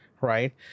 Right